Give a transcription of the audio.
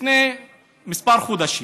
לפני כמה חודשים.